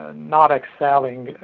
ah not excelling,